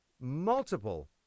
multiple